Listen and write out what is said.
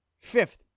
fifth